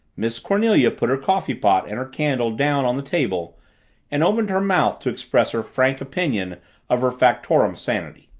miss cornelia put her coffeepot and her candle down on the table and opened her mouth to express her frank opinion of her factotum's sanity.